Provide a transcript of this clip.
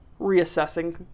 reassessing